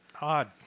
odd